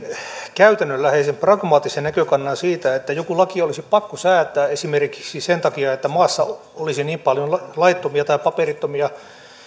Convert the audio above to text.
käytännönläheisen pragmaattisen näkökannan siitä että joku laki olisi pakko säätää esimerkiksi sen takia että maassa olisi niin paljon laittomia tai paperittomia